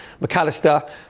McAllister